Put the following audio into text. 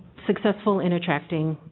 successful in attracting